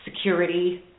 security